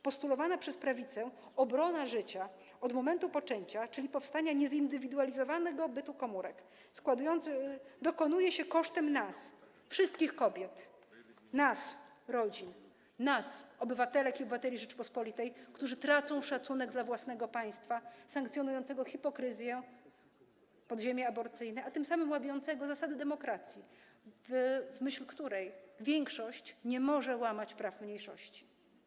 Postulowana przez prawicę obrona życia od momentu poczęcia, czyli powstania niezindywidualizowanego bytu komórek, dokonuje się kosztem nas, wszystkich kobiet, nas, rodzin, nas, obywatelek i obywateli Rzeczypospolitej, którzy tracą szacunek dla własnego państwa sankcjonującego hipokryzję, podziemie aborcyjne, a tym samym łamiącego zasady demokracji, w myśl której większość nie może łamać praw mniejszości.